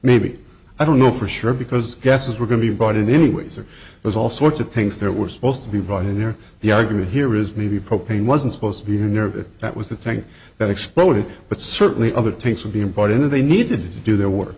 maybe i don't know for sure because guesses were going to be bought in anyways or there's all sorts of things that were supposed to be brought here the argument here is maybe propane wasn't supposed to be nervous that was the thing that exploded but certainly other things are being brought in or they need to do their work